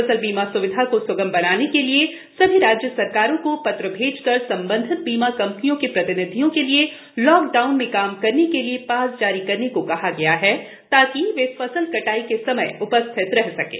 फसल बीमा स्विधा को स्गम बनाने के लिए सभी राज्य सरकारों को पत्र भेजकर संबंधित बीमा कंपनियों के प्रतिनिधियों के लिए लॉकडाउन में काम करने के लिए पास जारी करने को कहा गया है ताकि वे फसल कटाई के समय उपस्थित रह सकें